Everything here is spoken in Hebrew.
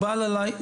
לא,